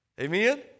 Amen